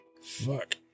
Fuck